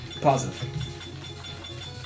Positive